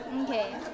Okay